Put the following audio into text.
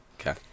Okay